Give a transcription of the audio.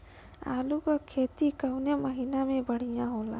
आलू क खेती कवने महीना में बढ़ियां होला?